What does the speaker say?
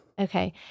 Okay